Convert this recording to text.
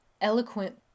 eloquent